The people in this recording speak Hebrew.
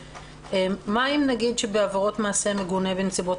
מה אם נגיד שבעבירות מעשה מגונה בנסיבות